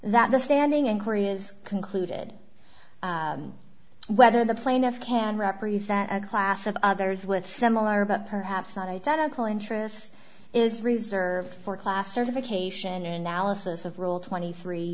that the standing inquiry is concluded whether the plaintiff can represent a class of others with similar but perhaps not identical interest is reserved for class certification analysis of rule twenty three